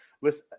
Listen